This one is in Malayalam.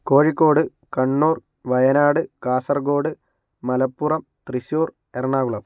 കോഴിക്കോട് കണ്ണൂർ വയനാട് കാസർകോഡ് മലപ്പുറം തൃശ്ശൂർ എറണാകുളം